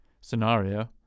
scenario